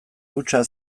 hutsa